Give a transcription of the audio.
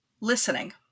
Listening